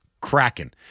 Kraken